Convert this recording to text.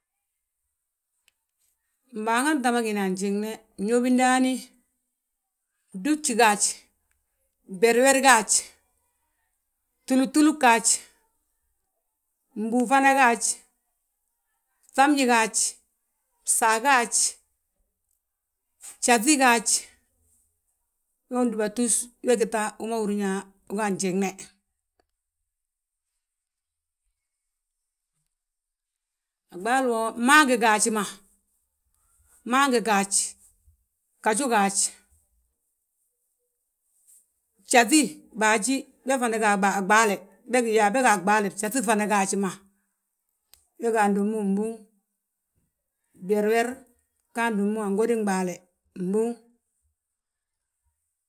Mbaaŋa ta ma gína a fnjiŋne gñóbi ndaani, bdúji gaaj, beriberi gaaj, túlugtulug gaaj, mbúw fana gaaj, bŧabñi gaaj, bsaa gaaj, bjafí gaaj. We dúbatus we gí ta ma húrin yaa wi ga a fnjiŋne. A ɓaalu wo bmaangu gaaji ma, bmaangu gaaj, bgaju gaaj, bjafí baají be fana ga a ɓaale be, be ga a ɓaale. Bjafí fana gaaji ma, we ga handomu mbúŋ, bweerwer bga handomu a ngodin ɓaale, mbúŋ.